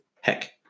Heck